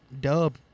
dub